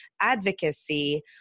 advocacy